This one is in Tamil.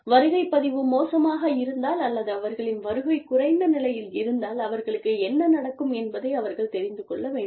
வருகைப் பதிவு மோசமாக இருந்தால் அல்லது அவர்களின் வருகை குறைந்த நிலையில் இருந்தால் அவர்களுக்கு என்ன நடக்கும் என்பதை அவர்கள் தெரிந்து கொள்ள வேண்டும்